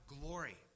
glory